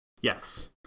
Yes